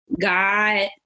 God